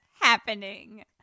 happening